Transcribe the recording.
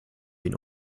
ihn